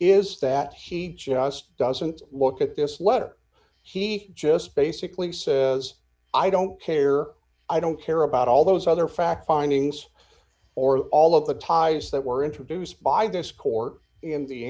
is that he just doesn't look at this letter he just basically says i don't care i don't care about all those other fact findings or all of the ties that were introduced by this court